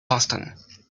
boston